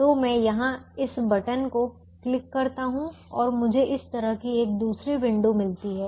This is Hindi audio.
तो मैं यहाँ इस बटन को क्लिक करता हूँ और मुझे इस तरह की एक दूसरी विंडो मिलती है